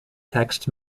text